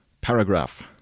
paragraph